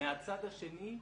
מהצד השני,